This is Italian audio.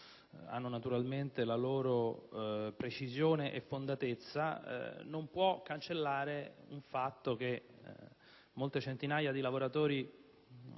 hanno la loro precisione e fondatezza, non può cancellare il fatto che molte centinaia di lavoratori